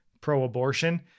pro-abortion